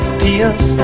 tears